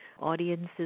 Audiences